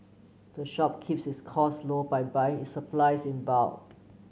the shop keeps its cost low by buy its supplies in bulk